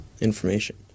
information